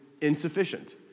insufficient